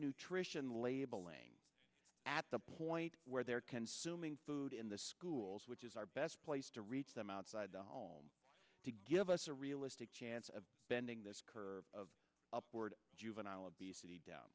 nutrition labeling at the point where they're consuming food in the schools which is our best place to reach them outside home to give us a realistic chance of bending this curve upward juvenile obesity down